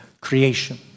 creation